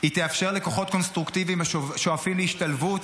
היא תאפשר לכוחות קונסטרוקטיביים השואפים להשתלבות,